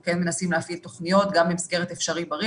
כן מנסים להפעיל תוכניות גם במסגרת "אפשריבריא",